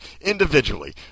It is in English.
individually